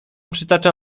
przytacza